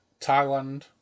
Thailand